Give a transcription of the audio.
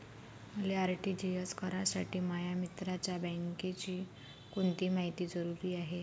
मले आर.टी.जी.एस करासाठी माया मित्राच्या बँकेची कोनची मायती जरुरी हाय?